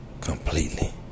completely